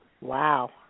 Wow